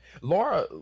laura